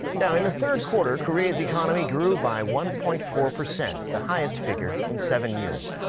yeah in the third quarter, korea's economy grew by one point four percent the highest figure in seven years.